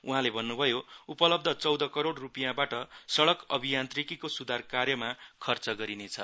उहाँले भन्नुभयो उपलब्ध चौध करोड़ रूपियाँबाट सड़क अभियान्त्रिकीको स्धार कार्यमा खर्च गरिनेछ